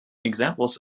examples